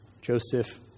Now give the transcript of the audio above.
Joseph